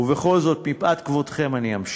ובכל זאת, מפאת כבודכם, אני אמשיך.